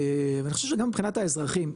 ואני חושב שגם מבחינת האזרחים,